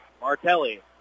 Martelli